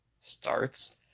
starts